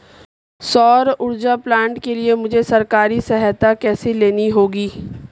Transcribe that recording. सौर ऊर्जा प्लांट के लिए मुझे सरकारी सहायता कैसे लेनी होगी?